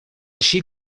així